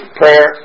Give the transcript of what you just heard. prayer